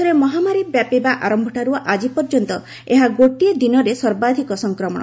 ଦେଶରେ ମହାମାରୀ ବ୍ୟାପିବା ଆରମ୍ଭଠାର୍ତ ଆଜିପର୍ଯ୍ୟନ୍ତ ଏହା ଗୋଟିଏ ଦିନରେ ସର୍ବାଧିକ ସଂକ୍ରମଣ